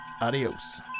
Adios